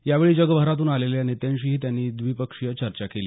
यावेळी जगभरातून आलेल्या नेत्यांशीही त्यांनी द्विपक्षीय चर्चा केली